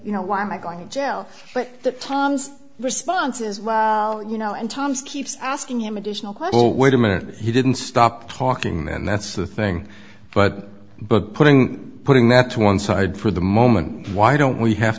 you know why am i going to jail but tom's response is well you know and tom's keeps asking him additional what wait a minute he didn't stop talking then that's the thing but but putting putting that to one side for the moment why don't we have